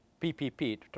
PPP